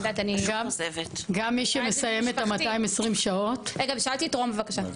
רגע אבל שאלתי את רום בבקשה.